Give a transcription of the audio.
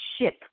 ship